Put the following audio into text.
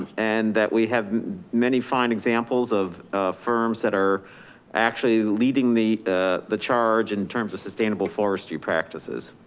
and that we have many fine examples of firms that are actually leading the ah the charge in terms of sustainable forestry practices.